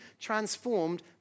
transformed